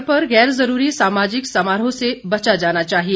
घर पर गैर जरूरी सामाजिक समारोह से बचा जाना चाहिए